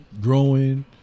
growing